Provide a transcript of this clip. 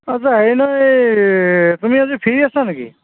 আচ্ছা হেৰি নহয় এই তুমি আজি ফ্ৰী আছা নেকি